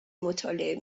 مطالعه